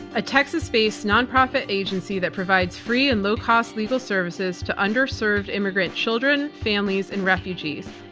a texas-based nonprofit agency that provides free and low-cost legal services to underserved immigrant children, families, and refugees.